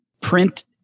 print